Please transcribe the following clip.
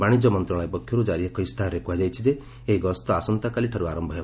ବାଶିଜ୍ୟ ମନ୍ତ୍ରଣାଳୟ ପକ୍ଷରୁ ଜାରି ଏକ ଇସ୍ତାହାରରେ କୁହାଯାଇଛି ଯେ ଏହି ଗସ୍ତ ଆସନ୍ତାକାଲିଠାରୁ ଆରମ୍ଭ ହେବ